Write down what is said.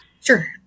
Sure